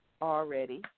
already